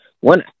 one